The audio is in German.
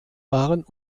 waren